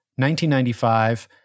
1995